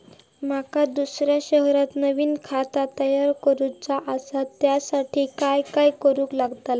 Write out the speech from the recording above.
माका दुसऱ्या शहरात नवीन खाता तयार करूचा असा त्याच्यासाठी काय काय करू चा लागात?